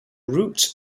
route